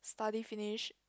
study finish